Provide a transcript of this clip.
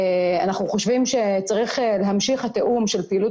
אנחנו חושבים שצריך להמשיך את התיאום של פעילות